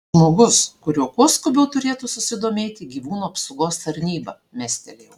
žmogus kuriuo kuo skubiau turėtų susidomėti gyvūnų apsaugos tarnyba mestelėjau